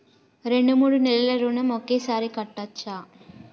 రెండు మూడు నెలల ఋణం ఒకేసారి కట్టచ్చా?